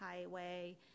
Highway